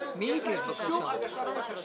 נכון, אישור הגשת בקשה.